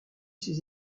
ses